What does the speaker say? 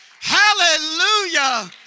Hallelujah